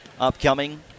upcoming